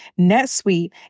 NetSuite